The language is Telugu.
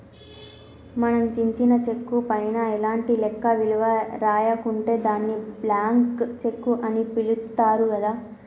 మనం చించిన చెక్కు పైన ఎలాంటి లెక్క విలువ రాయకుంటే దాన్ని బ్లాంక్ చెక్కు అని పిలుత్తారు గదా